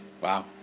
Wow